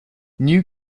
new